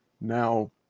now